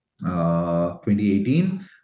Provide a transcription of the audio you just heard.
2018